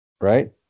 Right